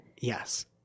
Yes